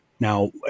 Now